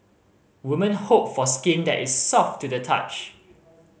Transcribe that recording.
women hope for skin that is soft to the touch